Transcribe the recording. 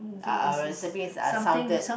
uh our recipes are southered